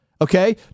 Okay